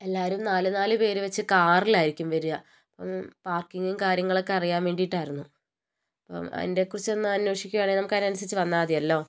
എല്ലാവരും നാല് നാല് പേര് വെച്ച് കാറിലായിരിക്കും വരുക അപ്പം പാർക്കിങ്ങും കാര്യങ്ങളൊക്കെ അറിയാൻ വേണ്ടീട്ടായിരുന്നു അപ്പം അതിന്റെ കുറിച്ചൊന്ന് അന്വേഷിക്കുവാണേൽ നമുക്ക് അതിനനുസരിച്ച് വന്നാൽ മതിയല്ലോ